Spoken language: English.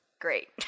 Great